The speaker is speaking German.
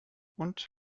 und